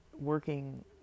working